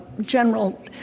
general